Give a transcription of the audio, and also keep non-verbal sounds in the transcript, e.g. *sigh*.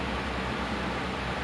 *noise* I miss shafudin though